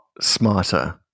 smarter